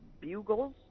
bugles